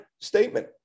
statement